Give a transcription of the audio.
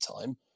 time